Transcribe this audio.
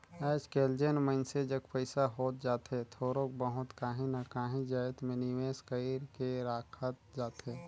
आएज काएल जेन मइनसे जग पइसा होत जाथे थोरोक बहुत काहीं ना काहीं जाएत में निवेस कइर के राखत जाथे